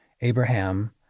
abraham